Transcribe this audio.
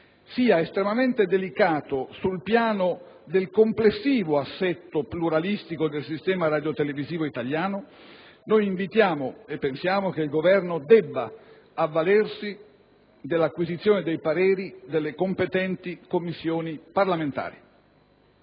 sia estremamente delicato sul piano del complessivo assetto pluralistico del sistema radiotelevisivo italiano, noi pensiamo, ed invitiamo a considerare, che il Governo debba avvalersi dell'acquisizione dei pareri delle competenti Commissioni parlamentari.